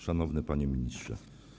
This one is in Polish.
Szanowny Panie Ministrze!